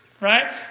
Right